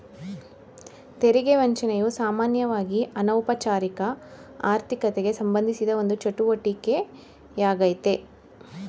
ತೆರಿಗೆ ವಂಚನೆಯು ಸಾಮಾನ್ಯವಾಗಿಅನೌಪಚಾರಿಕ ಆರ್ಥಿಕತೆಗೆಸಂಬಂಧಿಸಿದ ಒಂದು ಚಟುವಟಿಕೆ ಯಾಗ್ಯತೆ